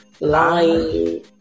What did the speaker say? lying